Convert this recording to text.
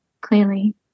clearly